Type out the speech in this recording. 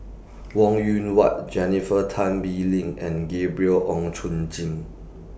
Wong Yoon Wah Jennifer Tan Bee Leng and Gabriel Oon Chong Jin